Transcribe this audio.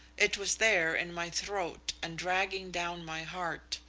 it was there in my throat and dragging down my heart,